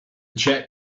check